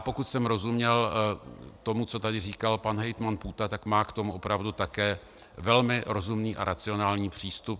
Pokud jsem rozuměl tomu, co tady říkal pan hejtman Půta, tak má k tomu opravdu také velmi rozumný a racionální přístup.